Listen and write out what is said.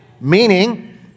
meaning